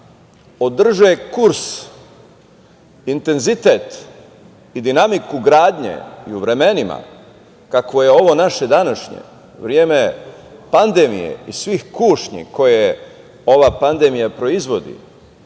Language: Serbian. održe kurs, intenzitet i dinamiku gradnje i u vremenima kakvo je ovo naše današnje vreme pandemije i svih tih kušnji koje ova pandemija proizvodi,